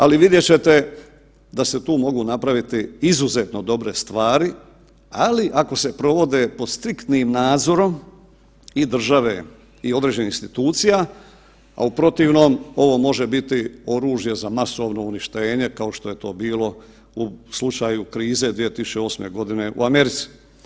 Ali vidjet ćete da se tu mogu napraviti izuzetno dobre stvari, ali ako se provode pod striktnim nadzorom i države i određenih institucija, a u protivnom ovo može biti oružje za masovno uništenje kao što je to bilo u slučaju krize 2008.g. u Americi.